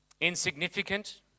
insignificant